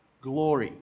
glory